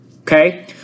Okay